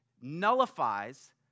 nullifies